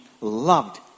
loved